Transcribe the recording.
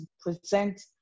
present